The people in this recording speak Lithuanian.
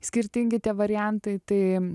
skirtingi tie variantai tai